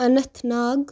اَنتھ ناگ